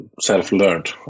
self-learned